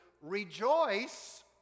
Rejoice